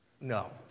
no